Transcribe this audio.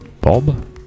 Bob